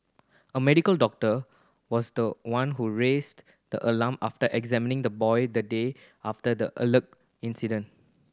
a medical doctor was the one who raised the alarm after examining the boy the day after the alleged incident